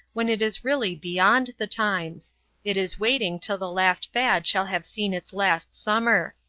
when it is really beyond the times it is waiting till the last fad shall have seen its last summer.